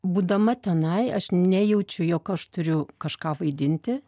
būdama tenai aš nejaučiu jog aš turiu kažką vaidinti